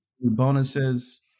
Bonuses